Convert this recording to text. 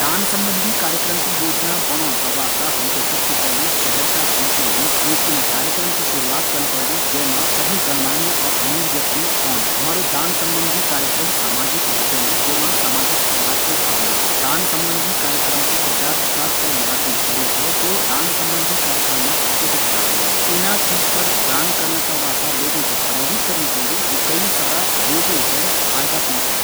दान संबंधी कार्यक्रम की योजना बणोन का वास्ता हम थें सबसे पैली शहर का बीचों बीच एक इना कार्यक्रम की शुरुआत करना पड़ली जै मा सभी गणमान्य और अमीर व्यक्ति औन। हमारु यू कार्यक्रम सामाजिक होंयू चैन्दू। जै मा सामाजिक सुधार की भावना हो। ये कार्यक्रम कू प्रचार प्रसार पैली बीटी करै जौ तो ये कार्यक्रम मा अत्यधिक दान औलू। इनी चीज कू दान करना का वास्ता लोगों थें प्रेरित करियूँ चैन्दू जै से कई सारा लोगों कू फायदा हो।